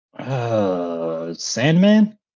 Sandman